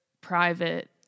private